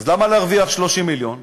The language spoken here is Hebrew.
אז למה להרוויח 30 מיליון?